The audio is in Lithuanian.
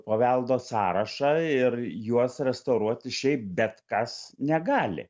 paveldo sąrašą ir juos restauruoti šiaip bet kas negali